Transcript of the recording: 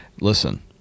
Listen